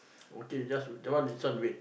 okay just that one this one wait